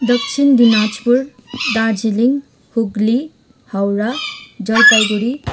दक्षिण दिनाजपुर दार्जिलिङ हुग्ली हावडा जलपाईगुडी